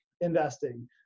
investing